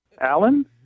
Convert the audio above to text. Alan